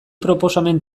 proposamen